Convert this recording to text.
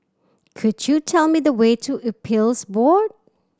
could you tell me the way to Appeals Board